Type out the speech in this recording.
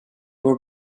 were